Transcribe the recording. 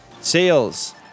sales